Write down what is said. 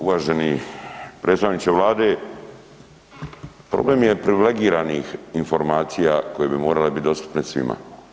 Uvaženi predstavniče Vlade, problem je privilegiranih informacija koje bi morale bit dostupne svima.